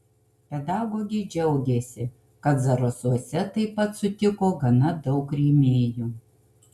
pedagogė džiaugėsi kad zarasuose taip pat sutiko gana daug rėmėjų